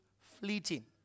fleeting